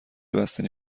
بستنی